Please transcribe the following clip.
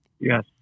yes